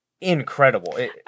incredible